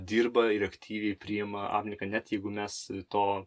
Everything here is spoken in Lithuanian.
dirba ir aktyviai priima aplinką net jeigu mes to